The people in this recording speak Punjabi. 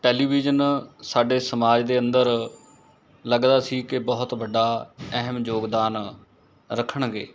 ਟੈਲੀਵਿਜ਼ਨ ਸਾਡੇ ਸਮਾਜ ਦੇ ਅੰਦਰ ਲੱਗਦਾ ਸੀ ਕਿ ਬਹੁਤ ਵੱਡਾ ਅਹਿਮ ਯੋਗਦਾਨ ਰੱਖਣਗੇ